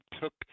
took –